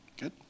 Good